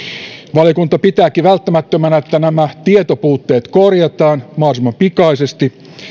valiokunta pitääkin välttämättömänä että nämä tietopuutteet korjataan mahdollisimman pikaisesti